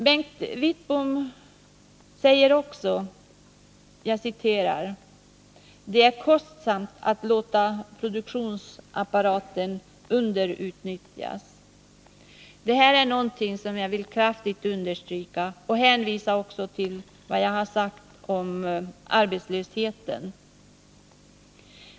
Bengt Wittbom säger också att det är kostsamt att låta produktionsapparaten underutnyttjas. Det är något som också jag vill kraftigt understryka, och jag hänvisar därvid till vad jag sagt om arbetslösheten.